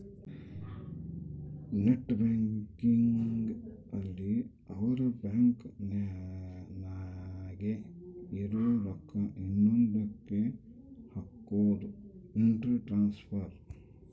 net banking ಅಲ್ಲಿ ಅವ್ರ bank ನಾಗೇ ಇರೊ ರೊಕ್ಕ ಇನ್ನೊಂದ ಕ್ಕೆ ಹಕೋದು ಇಂಟ್ರ ಟ್ರಾನ್ಸ್ಫರ್